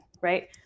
right